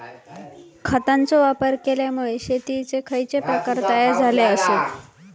खतांचे वापर केल्यामुळे शेतीयेचे खैचे प्रकार तयार झाले आसत?